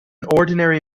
ordinary